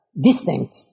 distinct